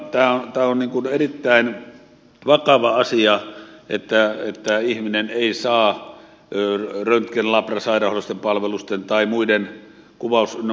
tämä on erittäin vakava asia että ihminen ei saa röntgen labra sairaanhoidollisten palvelujen tai muiden kuvaus ynnä muuta